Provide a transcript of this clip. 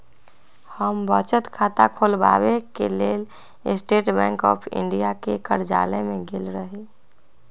हम बचत खता ख़ोलबाबेके लेल स्टेट बैंक ऑफ इंडिया के कर्जालय में गेल रही